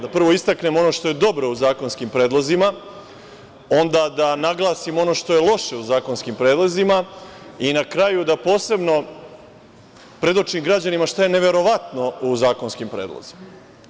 Da prvo istaknem ono što je dobro u zakonskim predlozima, onda da naglasim ono što je loše u zakonskim predlozima i na kraju posebno predočim građanima šta je neverovatno u zakonskim predlozima.